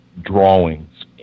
drawings